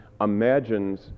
imagines